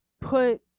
put